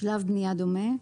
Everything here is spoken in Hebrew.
"שלב בנייה דומה"